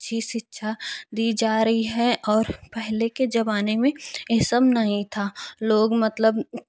अच्छी शिक्षा दी जा रही है और पहले के ज़माने में ये सब नहीं था लोग मतलब